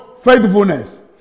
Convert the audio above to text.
faithfulness